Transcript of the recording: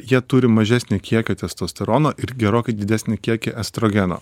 jie turi mažesnį kiekį testosterono ir gerokai didesnį kiekį estrogeno